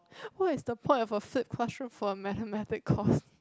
what is the point of a flip classroom for a mathematic course